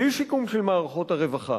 בלי שיקום של מערכות הרווחה.